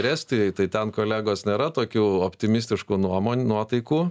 estijoj tai ten kolegos nėra tokių optimistiškų nuomon nuotaikų